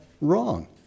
wrong